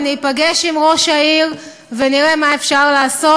אני אפגש עם ראש העיר ונראה מה אפשר לעשות.